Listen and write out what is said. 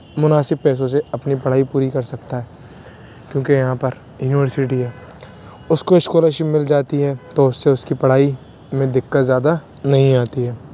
مناسب پیسوں سے اپنی پڑھائی پوری کر سکتا ہے کیونکہ یہاں پر یونیورسٹی ہے اس کو اسکالر شپ مل جاتی ہے تو اس سے اس کی پڑھائی میں دقت زیادہ نہیں آتی ہے